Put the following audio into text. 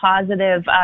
positive